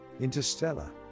Interstellar